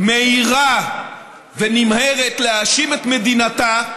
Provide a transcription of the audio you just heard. מהירה ונמהרת להאשים את מדינתה,